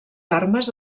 armes